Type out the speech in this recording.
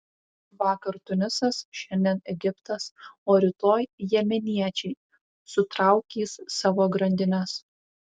vakar tunisas šiandien egiptas o rytoj jemeniečiai sutraukys savo grandines